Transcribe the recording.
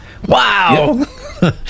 Wow